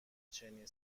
چنین